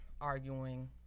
arguing